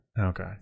okay